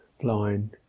blind